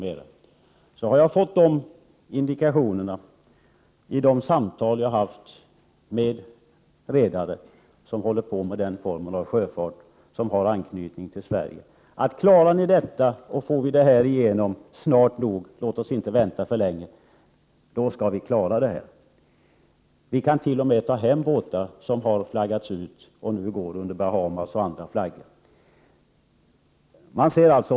Jag har därvid fått klara indikationer på att man anser sig kunna klara av situationen om de åtgärder vidtas som vi har skisserat i utskottsmajoritetens skrivning — med skattefrihet m.m. Vikant.o.m. åter få svensk flagg på båtar som flaggats ut och nu går under Bahamas och andra länders flagg.